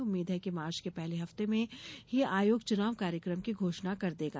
उम्मीद है कि मार्च के पहले हफ्ते में ही आयोग चुनाव कार्यक्रम की घोषणा कर देगा